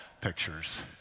pictures